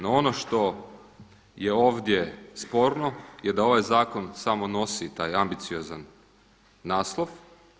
No, ono što je ovdje sporno je da ovaj zakon samo nosi taj ambiciozan naslov.